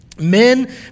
Men